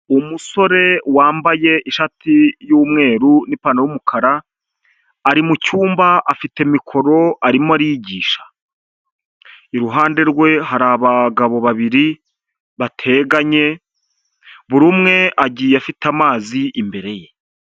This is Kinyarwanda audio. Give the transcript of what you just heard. Umusore wambaye ishati y'umweru n'ipantaro y'umukara, ari mu cyumba afite mikoro arimo arigisha, iruhande rwe hari abagabo babiri bateganye, buri umwe agiye afite amazi imbere ye.